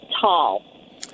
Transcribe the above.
tall